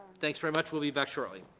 thanks very much, we'll be back shortly.